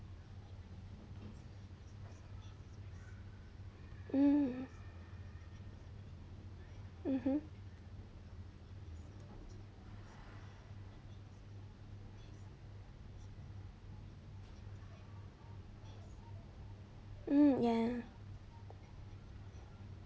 mm mmhmm mm ya